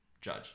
judge